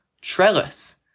trellis